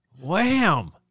Wham